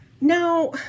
now